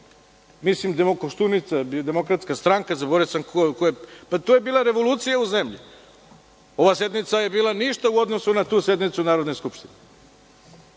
bio Demokratska stranka, zaboravio sam, to je bila revolucija u zemlji. Ova sednica je bila ništa u odnosu na tu sednicu Narodne skupštine.